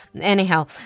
Anyhow